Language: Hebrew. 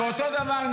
ואותו דבר,